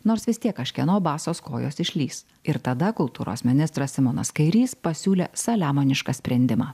nors vis tiek kažkieno basos kojos išlįs ir tada kultūros ministras simonas kairys pasiūlė saliamonišką sprendimą